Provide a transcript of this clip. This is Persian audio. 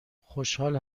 خوشحال